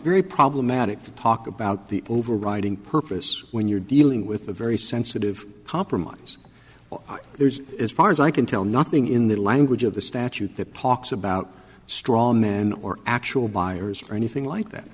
very problematic to talk about the overriding purpose when you're dealing with a very sensitive compromise there's as far as i can tell nothing in the language of the statute that talks about straw men or actual buyers or anything like that